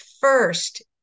first